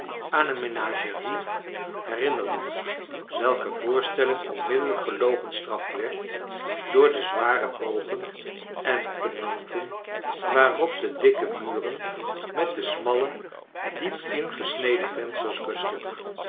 aan een menagerie herinnerden welke voorstelling onmiddellijk gelogenstraft werd door de zware bogen en penanten waarop de dikke muren met de smalle diep ingesneden vensters rustten